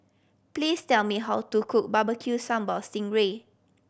please tell me how to cook Barbecue Sambal sting ray